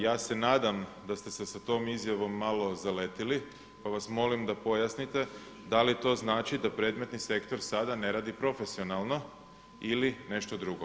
Ja se nadam da ste se sa tom izjavom malo zaletili, pa vas molim da pojasnite da li to znači da predmetni sektor sada ne radi profesionalno ili nešto drugo.